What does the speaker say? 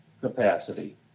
capacity